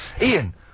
ian